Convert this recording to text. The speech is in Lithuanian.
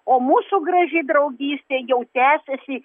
o mūsų graži draugystė jau tęsiasi